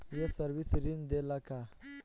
ये सर्विस ऋण देला का?